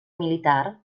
militar